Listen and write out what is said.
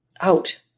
out